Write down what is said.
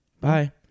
Bye